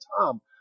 Tom